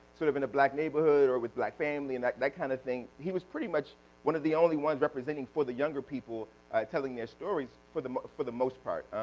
sort of in a black neighborhood or with a black family and that that kind of thing, he was pretty much one of the only ones representing for the younger people telling their stories for the for the most part.